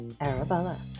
Arabella